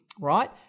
right